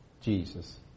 Jesus